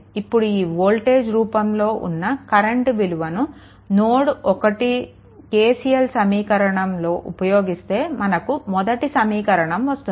ఇప్పుడు ఈ వోల్టేజ్ రూపంలో ఉన్న కరెంట్ విలువలను నోడ్1 KCL సమీకరణంలో ఉపయోగిస్తే మనకు మొదటి సమీకరణం వస్తుంది